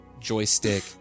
joystick